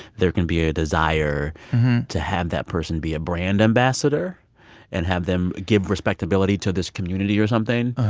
there can be a desire to have that person be a brand ambassador and have them give respectability to this community or something.